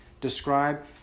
describe